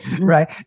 right